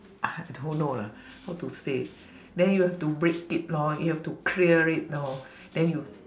I don't know lah how to say then you have to break it lor you have to clear it lor then you